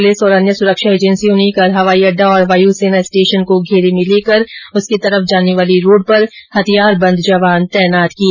police और अन्य सुरक्षा एजेंसियों ने कल हवाई अड्डा और वायुसेना स्टेशन को घेरे में लेकर उसकी तरफ जाने वाली रोड पर हथियारबंद जवान तैनात किए